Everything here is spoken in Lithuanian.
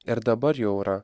ir dabar jau yra